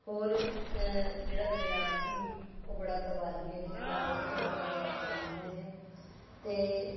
ਹੋਰ ਜਿਹੜਾ ਦਰਿਆ ਸੀ ਉਹ ਬੜਾ ਤਬਾਹੀ ਲੈ ਕੇ ਆਇਆ ਬਹੁਤ ਲੋਕਾਂ ਦੇ ਨੁਕਸਾਨ ਹੋਏ ਨੇ ਅਤੇ